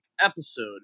episode